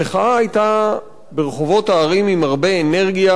המחאה היתה ברחובות הערים עם הרבה אנרגיה,